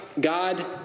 God